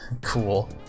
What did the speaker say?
Cool